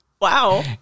Wow